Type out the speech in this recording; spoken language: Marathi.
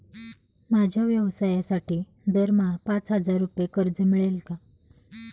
माझ्या व्यवसायासाठी दरमहा पाच हजार रुपये कर्ज मिळेल का?